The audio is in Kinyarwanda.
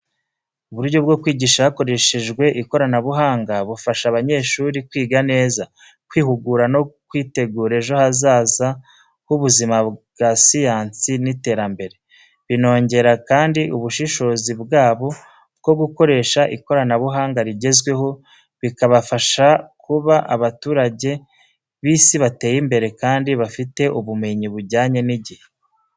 Uburyo bwo kwigisha hakoreshejwe ikoranabuhanga bufasha abanyeshuri kwiga neza, kwihugura, no kwitegura ejo hazaza h’ubuzima bwa siyansi n’iterambere. Binongera kandi ubushobozi bwabo bwo gukoresha ikoranabuhanga rigezweho, bikabafasha kuba abaturage b’isi bateye imbere kandi bafite ubumenyi bujyanye n’igihe.